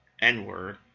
N-word